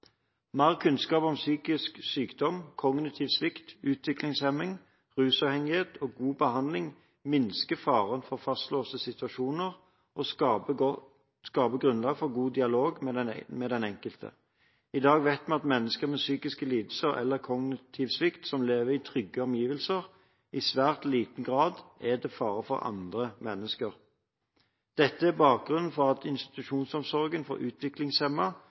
Mer kunnskap om psykisk sykdom, kognitiv svikt, utviklingshemning, rusavhengighet og god behandling minsker faren for fastlåste situasjoner og skaper grunnlag for god dialog med den enkelte. I dag vet vi at mennesker med psykiske lidelser eller kognitiv svikt som lever i trygge omgivelser, i svært liten grad utgjør en fare for andre mennesker. Dette er bakgrunnen for at institusjonsomsorgen for